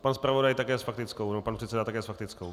Pan zpravodaj také s faktickou, pan předseda také s faktickou.